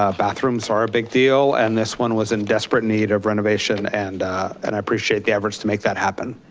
ah bathrooms are a big deal and this one was in desperate need of renovation. and and i appreciate the efforts to make that happen.